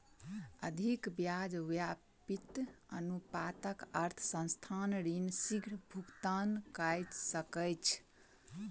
अधिक ब्याज व्याप्ति अनुपातक अर्थ संस्थान ऋण शीग्र भुगतान कय सकैछ